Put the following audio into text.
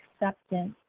acceptance